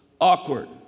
awkward